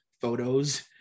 photos